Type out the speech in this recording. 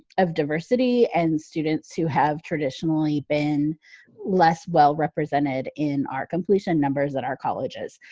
of diversity and students who have traditionally been less well represented in our completion numbers at our colleges.